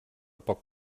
poc